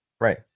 right